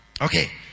Okay